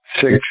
six